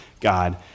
God